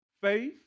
Faith